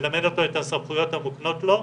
שמלמד אותו את הסמכויות המוקנות לו,